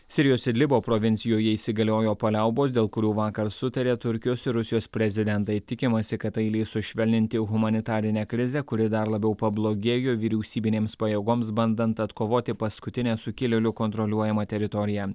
sirijos idlibo provincijoje įsigaliojo paliaubos dėl kurių vakar sutarė turkijos ir rusijos prezidentai tikimasi kad tai leis sušvelninti humanitarinę krizę kuri dar labiau pablogėjo vyriausybinėms pajėgoms bandant atkovoti paskutinę sukilėlių kontroliuojamą teritoriją